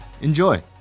Enjoy